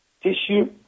tissue